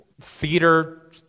theater